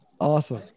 Awesome